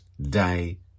day